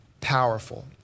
powerful